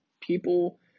people